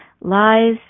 lies